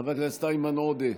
חבר הכנסת איימן עודה,